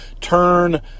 turn